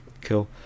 Cool